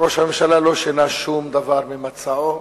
ראש הממשלה לא שינה שום דבר ממצעו,